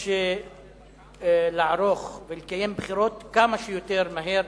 יש לערוך ולקיים בחירות כמה שיותר מהר